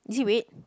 is it red